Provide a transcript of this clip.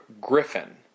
Griffin